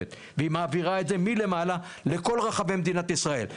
והיא מעבירה את זה מלמעלה לכל רחבי מדינת ישראל.